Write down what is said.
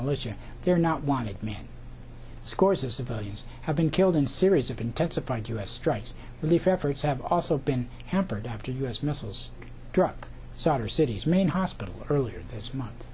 militia they're not wanted men scores of civilians have been killed and series of intensified u s strikes relief efforts have also been hampered after u s missiles drug so other cities main hospital earlier this month